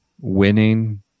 winning